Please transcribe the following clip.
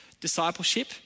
discipleship